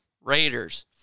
Raiders